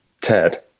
Ted